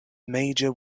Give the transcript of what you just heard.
major